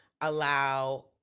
allow